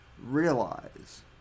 realize